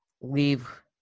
leave